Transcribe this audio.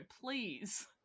Please